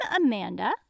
Amanda